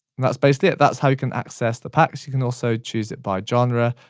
that's basically it, that's how you can access the packs you can also choose it by genre.